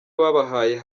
babahaye